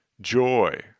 Joy